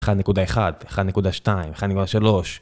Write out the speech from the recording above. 1.1, 1.2, 1.3